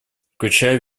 включая